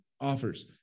offers